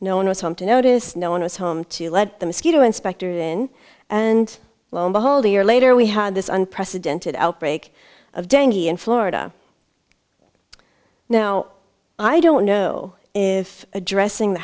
notice no one was home to lead the mosquito inspectors in and lo and behold a year later we had this unprecedented outbreak of dany in florida now i don't know if addressing the